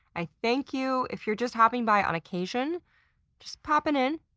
i thank you. if you're just hopping by on occasion just poppin' in,